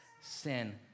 sin